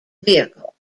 vehicle